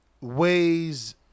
ways